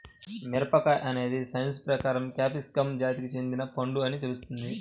మిరపకాయ అనేది సైన్స్ ప్రకారం క్యాప్సికమ్ జాతికి చెందిన పండు అని తెల్సుకోవాలి